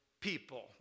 people